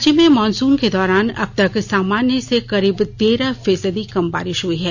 राज्य में मॉनसून के दौरान अब तक सामान्य से करीब तेरह फीसदी कम बारिश हुई है